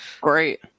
great